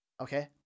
Okay